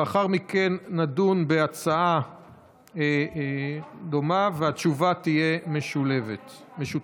לאחר מכן נדון בהצעה דומה, והתשובה תהיה משותפת.